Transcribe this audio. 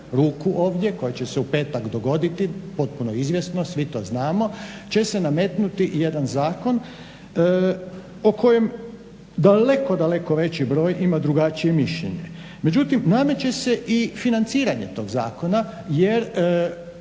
ruku ovdje koje će se u petak dogoditi potpuno izvjesno, svi to znamo, će se nametnuti jedan zakon po kojem daleko, daleko veći broj ima drugačije mišljenje. Međutim, nameće se i financiranje tog zakona jer